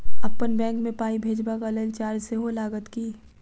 अप्पन बैंक मे पाई भेजबाक लेल चार्ज सेहो लागत की?